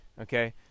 Okay